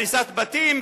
הריסת בתים,